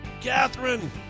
Catherine